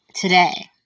today